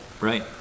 Right